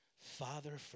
Father